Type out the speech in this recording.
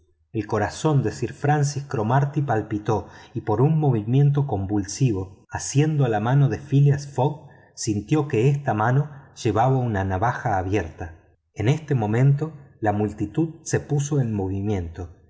el corazón de sir francis cromarty palpitó y por un movimiento convulsivo asiendo la mano de phileas fogg sintió que esta mano llevaba una navaja abierta en este momento la multitud se puso en movimiento